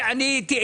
תודה רבה.